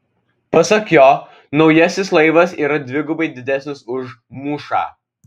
pasak jo naujasis laivas yra dvigubai didesnis už mūšą